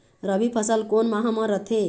रबी फसल कोन माह म रथे?